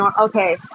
Okay